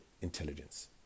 intelligence